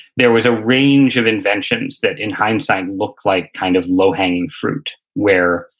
there was a range of inventions that in hindsight looked like kind of low-hanging fruit where,